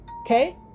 Okay